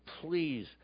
Please